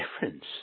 difference